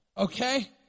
Okay